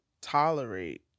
tolerate